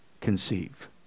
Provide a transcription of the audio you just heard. conceive